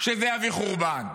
שזה יביא חורבן.